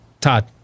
Todd